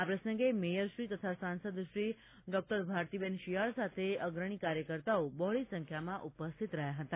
આ પ્રસંગે મેયરશ્રી તથા સાંસદશ્રી ડોકટર ભારતીબેન શિયાળ સાથે અગ્રણી કાર્યકર્તાઓ બહોળી સંખ્યામાં ઉપસ્થિત રહ્યા હતા